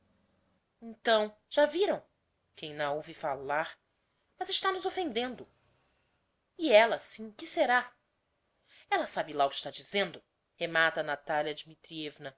então já viram quem n'a ouve falar mas está nos offendendo e ella sim que será ella sabe lá o que está dizendo remata a natalia